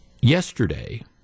yesterday